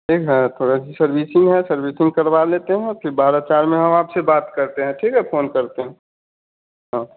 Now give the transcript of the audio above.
ठीक है थोड़ा सर्विसिंग है सर्विसिंग करवा लेते हैं फ़िर बारा चार में हम आपसे बात करते हैं ठीक हैं फ़ोन करते हैं हाँ